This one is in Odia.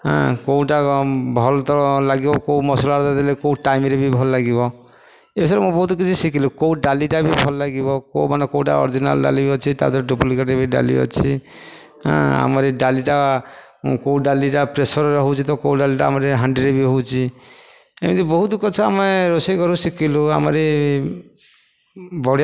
କେଉଁଟା ଭଲ ତ ଲାଗିବ କେଉଁ ମସଲାଟା କେଉଁ ଟାଇମ୍ରେ ବି ଭଲ ଲାଗିବ ଏ ବିଷୟରେ ମୁଁ ବହୁତ କିଛି ଶିଖିଲି କେଉଁ ଡାଲିଟା ବି ଭଲ ଲାଗିବ ମାନେ କେଉଁଟା ଅରଜିନାଲ୍ ଡାଲି ବି ଅଛି ତା ଦେହରେ ଡୁପ୍ଲିକେଟ୍ ବି ଡାଲି ଅଛି ଆମର ଏ ଡାଲିଟା କେଉଁ ଡାଲିଟା ପ୍ରେସର୍ରେ ହେଉଛି କେଉଁ ଡାଲିଟା ଆମର ହାଣ୍ଡିରେ ବି ହେଉଛି ଏମିତି ବହୁତ କଥା ଆମେ ରୋଷେଇ ଘରୁ ଶିଖିଲୁ ଆମର ଏ ବଢ଼ିଆ